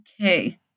okay